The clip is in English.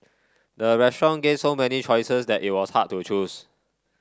the restaurant gave so many choices that it was hard to choose